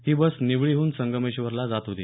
ही bus निवळीहून संगमेश्वरला जात होती